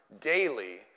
daily